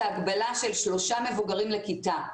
הגבלה של שלושה מבוגרים לכיתה.